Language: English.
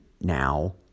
now